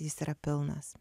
jis yra pilnas